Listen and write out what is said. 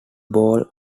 ball